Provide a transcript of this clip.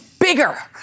bigger